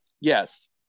Yes